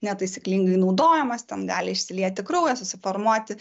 netaisyklingai naudojamos ten gali išsilieti kraujas susiformuoti